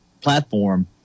platform